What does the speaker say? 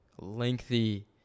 lengthy